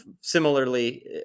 Similarly